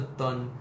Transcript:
done